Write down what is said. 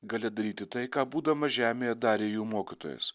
galia daryti tai ką būdamas žemėje darė jų mokytojas